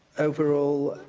overall,